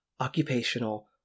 occupational